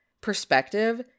perspective